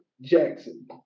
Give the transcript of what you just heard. Jackson